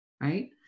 right